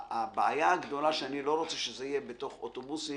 הבעיה הגדולה שאני לא רוצה שזה יהיה בתוך אוטובוסים,